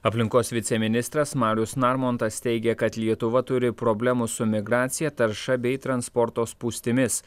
aplinkos viceministras marius narmontas teigė kad lietuva turi problemų su migracija tarša bei transporto spūstimis